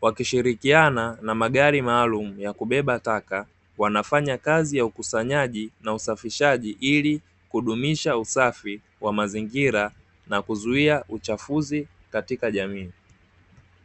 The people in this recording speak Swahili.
wakishirikiana na magari maalum ya kubeba taka, wanafanya kazi ya ukusanyaji na usafishaji ili kudumisha usafi wa mazingira na kuzuia uchafuzi katika jamii